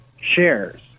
Shares